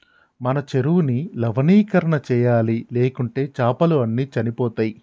మన చెరువుని లవణీకరణ చేయాలి, లేకుంటే చాపలు అన్ని చనిపోతయ్